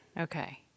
Okay